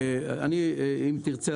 אם תרצה,